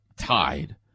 tied